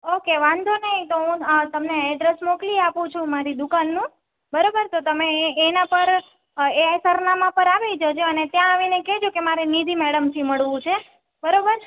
okay વાંધો નહીં તો હું તમને એડ્રેસ મોકલી આપું છું મારી દુકાનનું બરાબર તો તમે એ એના પર એ એ સરનામા પર આવી જજો અને ત્યાં આવીને કહેજો કે મારે નિધિ મેડમથી મળવું છે બરાબર